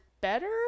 better